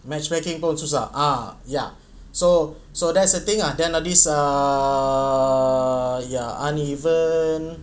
matchmaking pun susah ah ah ya so so that's the thing ah then the list uh ya uneven